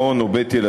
מעון או בית-ילדים,